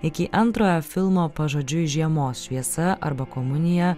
iki antrojo filmo pažodžiui žiemos šviesa arba komunija